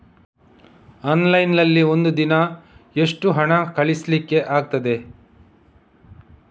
Online ನಲ್ಲಿ ಒಂದು ದಿನ ಎಷ್ಟು ಹಣ ಕಳಿಸ್ಲಿಕ್ಕೆ ಆಗ್ತದೆ?